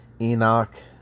Enoch